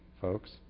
folks